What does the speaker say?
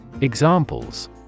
Examples